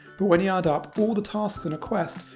but when you add up all the tasks in a quest,